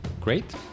Great